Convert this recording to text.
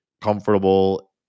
comfortable